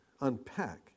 unpack